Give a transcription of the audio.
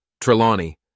Trelawney